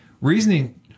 reasoning